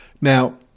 Now